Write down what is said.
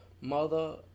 mother